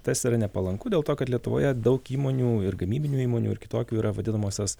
tas yra nepalanku dėl to kad lietuvoje daug įmonių ir gamybinių įmonių ir kitokių yra vadinamosios